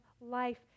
life